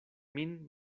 min